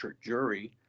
jury